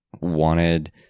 wanted